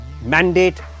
mandate